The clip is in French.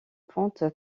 pente